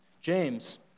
James